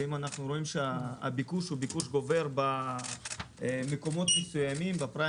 ואם אנחנו רואים שהביקוש גובר במקומות מסוימים ב-